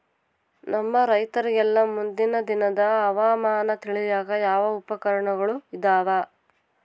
ನಮ್ಮ ರೈತರಿಗೆಲ್ಲಾ ಮುಂದಿನ ದಿನದ ಹವಾಮಾನ ತಿಳಿಯಾಕ ಯಾವ ಉಪಕರಣಗಳು ಇದಾವ?